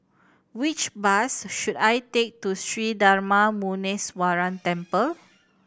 which bus should I take to Sri Darma Muneeswaran Temple